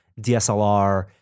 DSLR